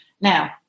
Now